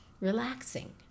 relaxing